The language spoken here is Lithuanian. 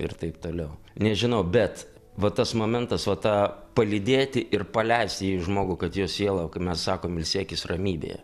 ir taip toliau nežinau bet va tas momentas va tą palydėti ir paleist jį žmogų kad jo siela kaip mes sakom ilsėkis ramybėje